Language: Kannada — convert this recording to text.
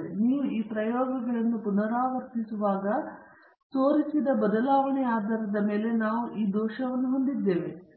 ಆದರೆ ನೀವು ಈ ಪ್ರಯೋಗಗಳನ್ನು ಪುನರಾವರ್ತಿಸುವಾಗ ತೋರಿಸಿದ ಬದಲಾವಣೆಯ ಆಧಾರದ ಮೇಲೆ ನಾವು ದೋಷವನ್ನು ಹೊಂದಿದ್ದೇವೆ ನೀವು